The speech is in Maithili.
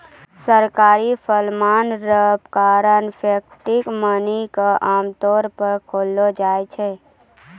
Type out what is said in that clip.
सरकारी फरमान रो कारण फिएट मनी के आमतौर पर देखलो जाय छै